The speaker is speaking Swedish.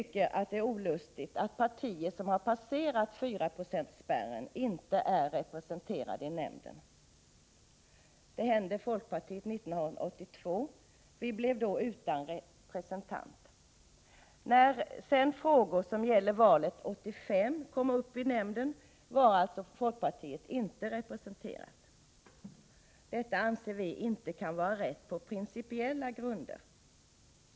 Det är olustigt att partier som klarat 4-procentsspärren inte är representerade i nämnden. Det hände folkpartiet 1982, då vi blev utan representant. När sedan frågor som gällde valet 1985 kom upp i nämnden var folkpartiet alltså inte representerat. Detta kan på principiella grunder inte vara riktigt.